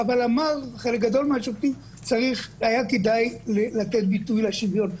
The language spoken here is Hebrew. אבל אמר שהיה כדאי לתת ביטוי לשוויון.